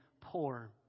poor